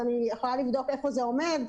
אני יכולה לבדוק איפה זה עומד.